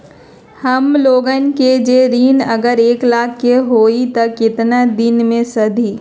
हमन लोगन के जे ऋन अगर एक लाख के होई त केतना दिन मे सधी?